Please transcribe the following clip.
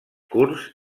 curts